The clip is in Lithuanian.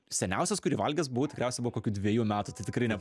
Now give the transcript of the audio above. seniausias kurį valgęs buvau tikriausiai buvo kokių dvejų metų tai tikrai ne